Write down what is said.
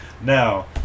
Now